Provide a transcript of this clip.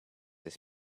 his